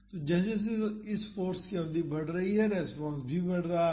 तो जैसे जैसे इस फाॅर्स की अवधि बढ़ रही है रेस्पॉन्स भी बढ़ रहा है